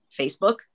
Facebook